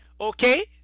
okay